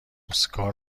اسکار